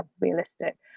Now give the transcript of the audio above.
realistic